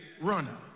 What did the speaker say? runner